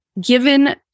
given